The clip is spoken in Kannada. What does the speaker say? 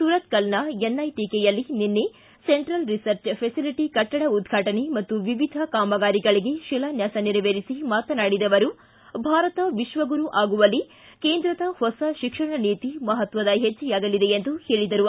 ಸುರತ್ಕಲ್ನ ಎನ್ಐಟಿಕೆಯಲ್ಲಿ ನಿನ್ನೆ ಸೆಂಟ್ರಲ್ ರಿಸರ್ಚ್ ಫೆಬಲಿಟ ಕಟ್ಟಡ ಉದ್ಘಾಟನೆ ಮತ್ತು ವಿವಿಧ ಕಾಮಗಾರಿಗಳಿಗೆ ಶಿಲಾನ್ವಾಸ ನೇರವೆರಿಸಿ ಮಾತನಾಡಿದ ಅವರು ಭಾರತ ವಿಶ್ವಗುರು ಆಗುವಲ್ಲಿ ಕೇಂದ್ರದ ಹೊಸ ಶಿಕ್ಷಣ ನೀತಿ ಮಹತ್ವದ ಹೆಜ್ಜೆಯಾಗಲಿದೆ ಎಂದು ಹೇಳಿದರು